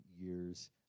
years